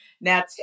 Now